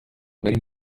بریم